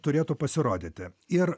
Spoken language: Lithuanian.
turėtų pasirodyti ir